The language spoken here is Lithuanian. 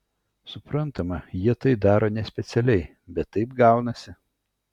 suprantama jie tai daro nespecialiai bet taip gaunasi